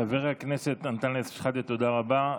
חבר הכנסת אנטאנס שחאדה, תודה רבה.